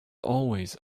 always